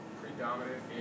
predominant